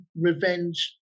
revenge